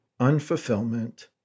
unfulfillment